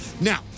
Now